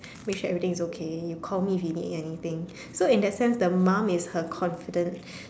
make sure everything is okay you call me if you need anything so in that sense her mum is her confident